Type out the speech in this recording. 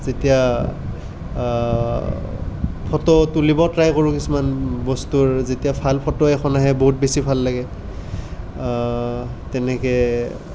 যেতিয়া ফটো তুলিব ট্ৰাই কৰোঁ কিছুমান বস্তুৰ যেতিয়া ভাল ফটো এখন আহে বহুত বেছি ভাল লাগে তেনেকৈ